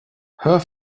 her